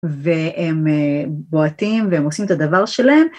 והם בועטים והם עושים את הדבר שלהם.